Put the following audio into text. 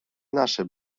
nasze